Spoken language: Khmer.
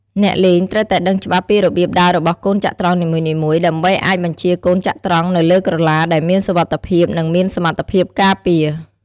អ្នកលេងត្រូវតែដឹងច្បាស់ពីរបៀបដើររបស់កូនចត្រង្គនីមួយៗ ដើម្បីអាចបញ្ជាកូនចត្រង្គនៅលើក្រឡាដែលមានសុវត្ថិភាព និងមានសមត្ថភាពការពារ។